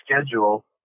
schedule